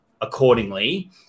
accordingly